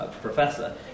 professor